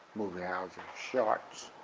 movie house shorts,